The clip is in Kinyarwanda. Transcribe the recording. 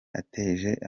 atega